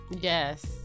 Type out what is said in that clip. Yes